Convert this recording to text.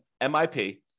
MIP